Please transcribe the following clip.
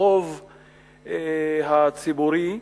החוב הציבורי,